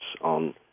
on